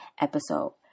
episode